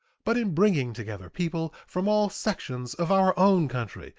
but in bringing together people from all sections of our own country,